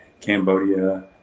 cambodia